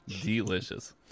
delicious